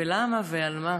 למה ועל מה?